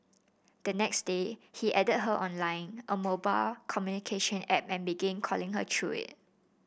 the next day he added her on Line a mobile communication app and began calling her through it